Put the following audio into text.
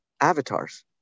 avatars